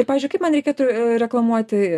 ir pavyzdžiui kaip man reikėtų reklamuoti